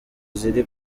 ziri